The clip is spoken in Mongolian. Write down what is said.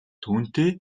түүнтэй